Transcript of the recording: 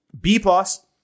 B-plus